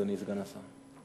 אדוני סגן השר.